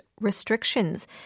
restrictions